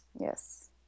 Yes